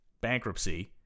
bankruptcy